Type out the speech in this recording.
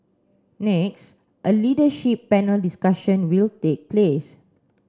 next a leadership panel discussion will take place